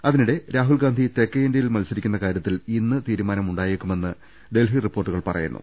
അതിനിടെ രാഹുൽഗാന്ധി തെക്കേ ഇന്ത്യയിൽ മത്സരിക്കുന്ന കാര്യത്തിൽ ഇന്ന് തീരുമാനമുണ്ടായേക്കുമെന്ന് ഡൽഹി റിപ്പോർട്ടു കൾ പറയുന്നു